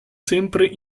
sempre